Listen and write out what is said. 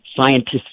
scientists